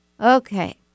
Okay